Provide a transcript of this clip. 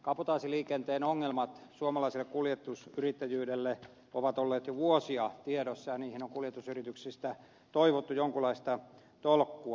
kabotaasiliikenteen ongelmat suomalaiselle kuljetusyrittäjyydelle ovat olleet jo vuosia tiedossa ja niihin on kuljetusyrityksistä toivottu jonkunlaista tolkkua